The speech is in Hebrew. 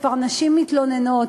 שכשנשים כבר מתלוננות,